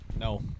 No